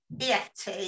EFT